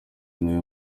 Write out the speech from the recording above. uwuhe